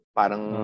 parang